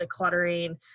decluttering